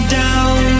down